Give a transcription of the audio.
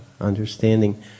understanding